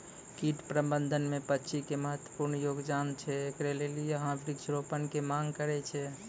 कीट प्रबंधन मे पक्षी के महत्वपूर्ण योगदान छैय, इकरे लेली यहाँ वृक्ष रोपण के मांग करेय छैय?